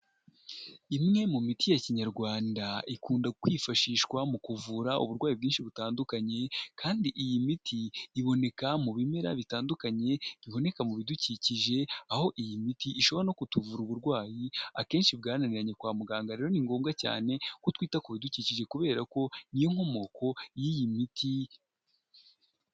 Imwe mu miti ya kinyarwanda ikunda kwifashishwa mu kuvura uburwayi bwinshi butandukanye, kandi iyi miti iboneka mu bimera bitandukanye biboneka mu bidukikije; aho iyi miti ishobora no kutuvura uburwayi akenshi bwananiranye kwa muganga. Rero ni ngombwa cyane ko twita kubidukikije kubera ko ni yo nkomoko y'iyi miti.